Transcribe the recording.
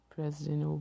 President